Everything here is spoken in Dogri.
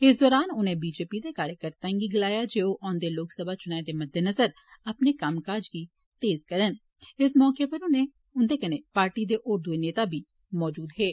इस दौरान उनें बीजेपी दे कार्यकर्ताएं गी गलाया जे ओह् औन्दे लोकसभा चुनाएं दे मद्देनजर अपने कम्मकाज इच तेजी आनन इस मौके उप्पर उन्दे कन्नै पार्टी दे होर दूए नेता बी मजूद हे